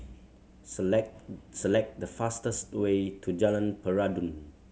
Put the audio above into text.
select select the fastest way to Jalan Peradun